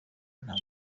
nta